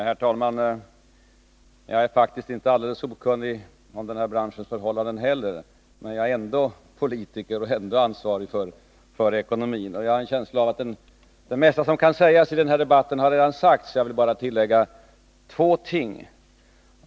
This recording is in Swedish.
Herr talman! Jag är faktiskt inte alldeles okunnig om den här branschens förhållanden heller. Men jag är ändå politiker och ändå ansvarig för ekonomin. Jag har en känsla av att det mesta som kan sägas i den här debatten redan har sagts. Jag vill bara tillägga två ting.